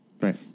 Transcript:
Right